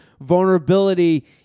vulnerability